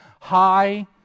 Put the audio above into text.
high